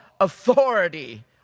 authority